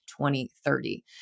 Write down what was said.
2030